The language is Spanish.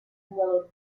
jugador